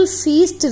feast